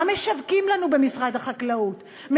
מה משווקים לנו במשרד החקלאות?